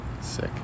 sick